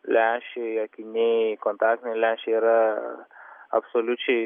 lęšiai akiniai kontaktiniai lęšiai yra absoliučiai